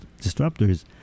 disruptors